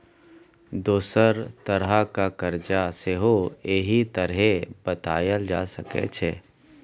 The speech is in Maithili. दोसर तरहक करजा सेहो एहि तरहें बताएल जा सकै छै